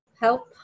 help